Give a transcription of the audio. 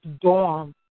dorm